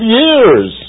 years